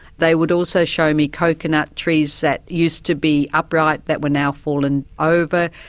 they would also show me coconut trees that used to be upright that were now fallen over,